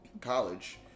college